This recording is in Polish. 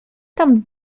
tam